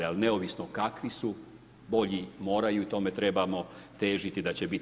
Ali neovisno kakvi su, bolji moraju i tome trebamo težiti da će biti.